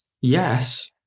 Yes